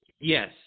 yes